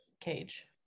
cage